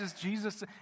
Jesus